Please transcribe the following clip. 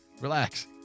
Relax